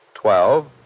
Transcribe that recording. Twelve